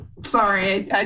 Sorry